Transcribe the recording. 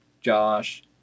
Josh